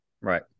Right